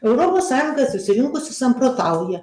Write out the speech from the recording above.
europos sąjunga susirinkusi samprotauja